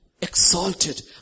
exalted